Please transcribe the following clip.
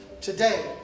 Today